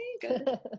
good